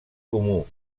comú